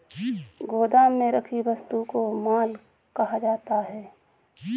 गोदाम में रखी वस्तु को माल कहा जाता है